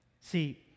See